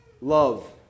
love